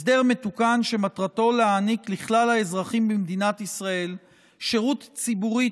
הסדר מתוקן שמטרתו להעניק לכלל האזרחים במדינת ישראל שירות ציבורי